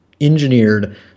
engineered